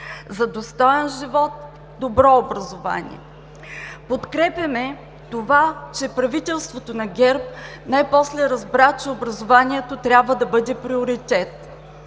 За достоен живот – добро образование. Подкрепяме това, че правителството на ГЕРБ най-после разбра, че образованието трябва да бъде приоритет.